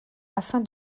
afin